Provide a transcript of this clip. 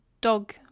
dog